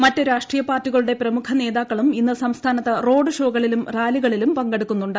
മറ്റ് രാഷ്ട്രീയപാർട്ടികളുടെ പ്രമുഖ നേതാക്കളും ഇന്ന് സംസ്ഥാനത്ത് റോഡ് ഷോകളിലും റാലികളിലും പങ്കെടുക്കുന്നുണ്ട്